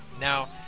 now